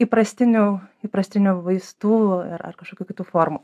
įprastinių įprastinių vaistų ar kažkokių kitų formų